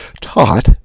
taught